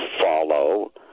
follow